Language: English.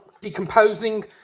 decomposing